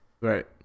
Right